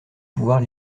pouvoirs